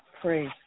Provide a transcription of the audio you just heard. Praise